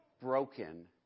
broken